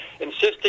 insisting